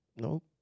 no